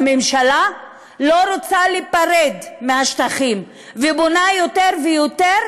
הממשלה לא רוצה להיפרד מהשטחים ובונה יותר ויותר